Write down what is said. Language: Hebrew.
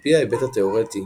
על פי ההיבט התאורטי,